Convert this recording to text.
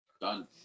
Done